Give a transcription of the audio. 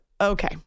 Okay